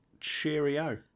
cheerio